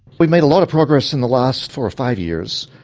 we've made a lot of progress in the last four or five years.